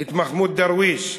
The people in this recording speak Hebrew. את מחמוד דרוויש,